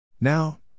Now